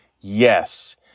yes